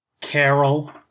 Carol